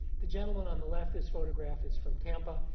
the gentleman on the left, this photograph is from tampa,